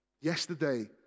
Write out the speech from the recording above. Yesterday